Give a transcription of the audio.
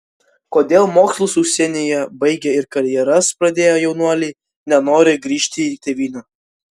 kodėl mokslus užsienyje baigę ir karjeras pradėję jaunuoliai nenori grįžti į tėvynę